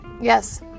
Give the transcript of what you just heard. Yes